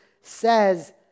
says